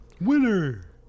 Winner